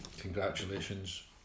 congratulations